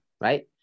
right